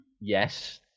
yes